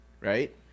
right